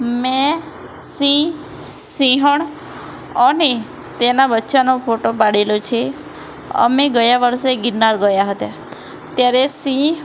મેં સિંહ સિંહણ અને તેના બચ્ચાનો ફોટો પાડેલો છે અમે ગયા વર્ષે ગિરનાર ગયા હતા ત્યારે સિંહ